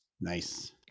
Nice